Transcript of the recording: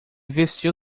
vestiu